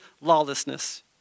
lawlessness